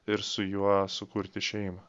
ir su juo sukurti šeimą